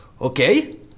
Okay